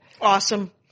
Awesome